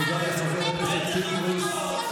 תודה לחבר הכנסת פינדרוס.